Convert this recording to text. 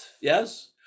yes